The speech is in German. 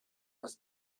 das